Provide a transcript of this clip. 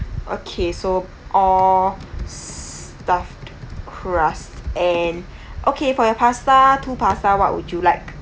okay so all stuffed crust and okay for your pasta two pasta what would you like